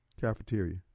cafeteria